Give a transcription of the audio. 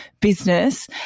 business